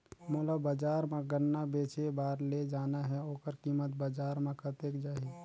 मोला बजार मां गन्ना बेचे बार ले जाना हे ओकर कीमत बजार मां कतेक जाही?